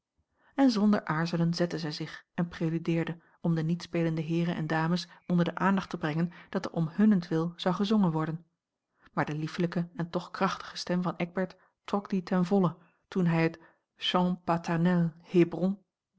en zonder aarzelen zette zij zich en preludeerde om de niet spelende heeren en dames onder de aandacht te brengen dat er om hunnentwil zou gezongen worden maar de liefelijke en toch krachtige stem van eckbert trok die ten volle toen hij het